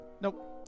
Nope